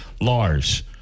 Lars